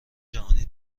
جهانی